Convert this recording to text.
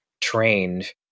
trained